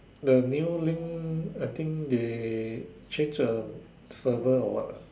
the new link I think they change the server or what lah